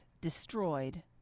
destroyed